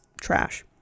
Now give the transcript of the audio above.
trash